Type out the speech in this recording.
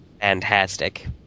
fantastic